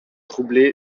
troublé